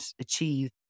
achieve